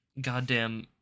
goddamn